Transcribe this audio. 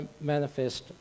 manifest